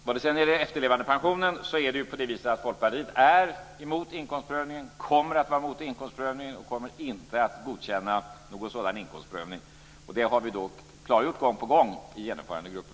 Vad sedan gäller efterlevandepensionen så är Folkpartiet, och kommer att vara, mot inkomstprövningen. Vi kommer inte att godkänna något sådant. Detta har vi gång på gång klargjort i Genomförandegruppen.